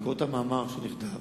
לקרוא את המאמר שנכתב,